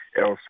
else